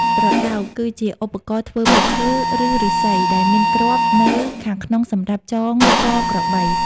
ត្រដោក គឺជាឧបករណ៍ធ្វើពីឈើ ឬឫស្សី និងមានគ្រាប់នៅខាងក្នុងសម្រាប់ចងកក្របី។